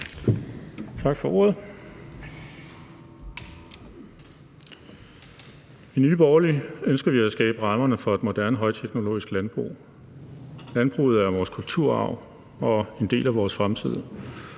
tak for ordet. I Nye Borgerlige ønsker vi at skabe rammerne for et moderne højteknologisk landbrug. Landbruget er vores kulturarv og en del af vores fremtid.